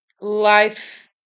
life